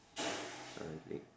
I see